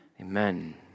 Amen